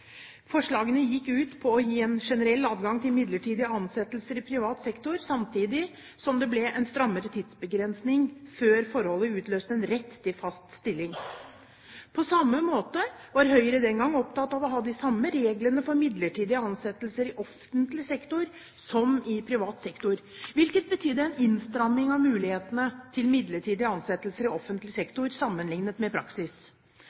Forslagene gikk ut på å gi en generell adgang til midlertidige ansettelser i privat sektor, samtidig som det ble en strammere tidsbegrensning før forholdet utløste en rett til fast stilling. På samme måte var Høyre den gang opptatt av å ha de samme reglene for midlertidige ansettelser i offentlig sektor som i privat sektor, hvilket betydde innstramming av mulighetene til midlertidige ansettelser i offentlig sektor, sammenlignet med praksis.